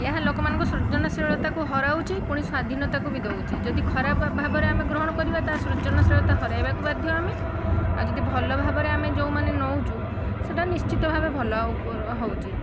ଏହା ଲୋକମାନଙ୍କର ସୃଜନଶୀଳତାକୁ ହରୋଉଚି ପୁଣି ସ୍ୱାଧୀନତାକୁ ବି ଦେଉଛି ଯଦି ଖରାପ ଭାବରେ ଆମେ ଗ୍ରହଣ କରିବା ତା ସୃଜନଶୀଳତାକୁ ହରାଇବାକୁ ବାଧ୍ୟ ଆମେ ଆଉ ଯଦି ଭଲ ଭାବରେ ଆମେ ଯୋଉମାନେ ନେଉଛୁ ସେଟା ନିଶ୍ଚିତ ଭାବରେ ଭଲ ହେଉଛି